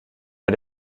bei